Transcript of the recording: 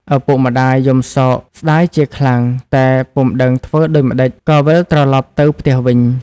ឪពុកម្តាយយំសោកស្តាយជាខ្លាំង តែពុំដឹងធ្វើដូចម្តេច ក៏វិលត្រឡប់ទៅផ្ទះវិញ។